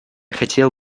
хотел